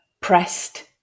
pressed